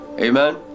Amen